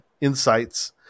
insights